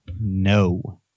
No